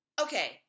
Okay